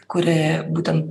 kuri būtent